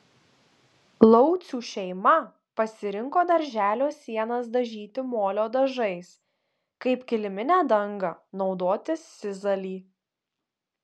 laucių šeima pasirinko darželio sienas dažyti molio dažais kaip kiliminę dangą naudoti sizalį